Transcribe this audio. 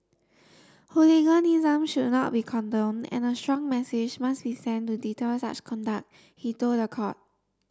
hooliganism should not be condoned and a strong message must be sent to deter such conduct he told the court